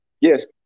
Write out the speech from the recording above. Yes